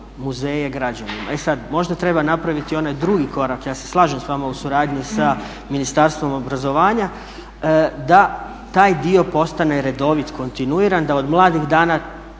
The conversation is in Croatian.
muzeje građanima. E sad, možda treba napraviti onaj drugi korak, ja se slažem s vama u suradnji sa Ministarstvom obrazovanja da taj dio postane redovit, kontinuiran, da od mladih dana